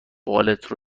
بالت